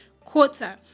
quarter